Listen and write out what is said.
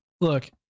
look